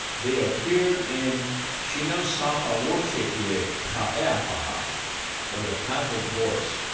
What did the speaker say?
they appeared in sinasapa wocekiye ah taeyanpaha or the catholic voice,